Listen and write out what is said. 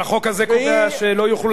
אבל החוק הזה קובע שלא יוכלו,